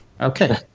Okay